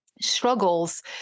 struggles